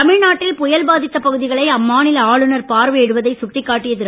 தமிழ்நாட்டில் புயல் பாதித்த பகுதிகளை அம்மாநில ஆளுநர் பார்வையிடுவதை சுட்டிக்காட்டிய திரு